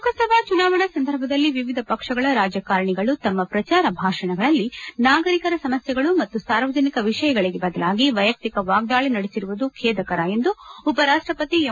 ಲೋಕಸಭಾ ಚುನಾವಣಾ ಸಂದರ್ಭದಲ್ಲಿ ವಿವಿಧ ಪಕ್ಷಗಳ ರಾಜಕಾರಣಿಗಳು ತಮ್ಮ ಪ್ರಚಾರ ಭಾಷಣಗಳಲ್ಲಿ ನಾಗರಿಕರ ಸಮಸ್ಯೆಗಳು ಮತ್ತು ಸಾರ್ವಜನಿಕ ವಿಷಯಗಳಿಗೆ ಬದಲಾಗಿ ವೈಯಕ್ತಿಕ ವಾಗ್ದಾಳಿ ನಡೆಸಿರುವುದು ಖೇದಕರ ಎಂದು ಉಪರಾಷ್ಟ ಪತಿ ಎಂ